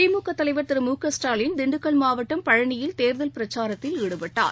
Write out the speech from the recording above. திமுக தலைவர் திரு மு க ஸ்டாலின் திண்டுக்கல் மாவட்டம் பழநியில் தேர்தல் பிரச்சாரத்தில் ஈடுபட்டார்